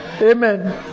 Amen